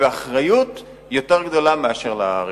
ואחריות יותר גדולה מאשר לרגולציה.